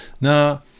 Now